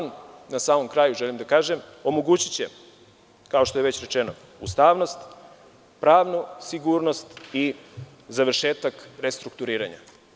Na samom kraju želim da kažem da će ovaj zakon omogućiti, kao što je već rečeno, ustavnost, pravnu sigurnost i završetak restrukturiranja.